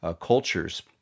cultures